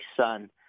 son